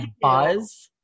buzz